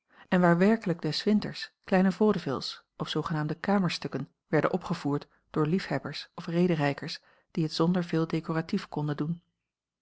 en waar werkelijk des winters kleine vaudevilles of zoogenaamde kamerstukken werden opgevoerd door liefhebbers of rederijkers die het zonder veel decoratief konden doen